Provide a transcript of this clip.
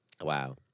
Wow